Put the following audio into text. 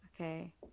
Okay